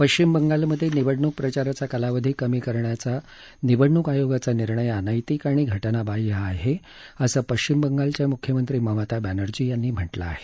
पश्चिम बंगालमधे निवडणूक प्रचाराचा कालावधी कमी करण्याचा निवडणूक आयोगाचा निर्णय अनैतिक आणि घटनाबाहय आहे असं पश्चिम बंगालच्या म्ख्यमंत्री ममता बॅनर्जी यांनी म्हटलं आहे